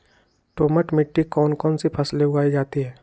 दोमट मिट्टी कौन कौन सी फसलें उगाई जाती है?